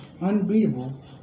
unbeatable